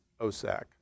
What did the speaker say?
OSAC